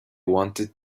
wanted